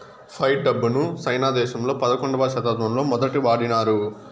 fight డబ్బును సైనా దేశంలో పదకొండవ శతాబ్దంలో మొదటి వాడినారు